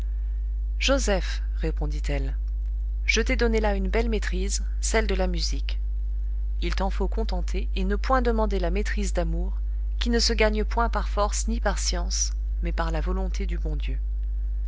joseph répondit-elle je t'ai donné là une belle maîtrise celle de la musique il t'en faut contenter et ne point demander la maîtrise d'amour qui ne se gagne point par force ni par science mais par la volonté du bon dieu